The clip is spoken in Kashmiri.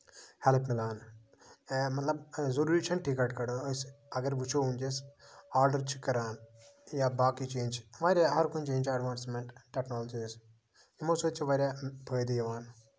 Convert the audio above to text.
ہٮ۪لٔپ مِلان مطلب ضروٗری چھِ نہٕ ٹِکَٹ کَڑو أسۍ اَگر وٕچھو وٕنکیٚس آرڈر چھِ کران یا باقے چیٖز چھِ واریاہ ہَر کُنہِ جایہِ چھِ ایڈوانسمینٹ ٹٮ۪کنولجیٖز یِمَو سۭتۍ چھُ واریاہ فٲیدٕ یِوان